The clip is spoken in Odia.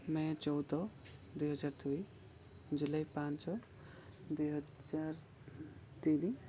ମେ ଚଉଦ ଦୁଇହଜାର ଦୁଇ ଜୁଲାଇ ପାଞ୍ଚ ଦୁଇହଜାର ତିନି